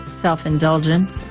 self-indulgence